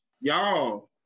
y'all